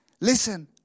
Listen